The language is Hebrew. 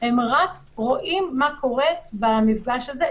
הם רק רואים מה קורה במפגש הזה,